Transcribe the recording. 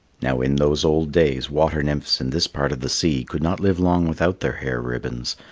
now, in those old days water-nymphs in this part of the sea could not live long without their hair ribbons,